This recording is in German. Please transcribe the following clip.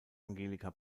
angelika